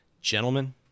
gentlemen